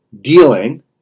dealing